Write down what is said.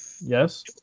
Yes